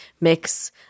mix